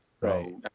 Right